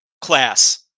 class